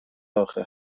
آخه